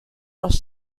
los